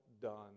done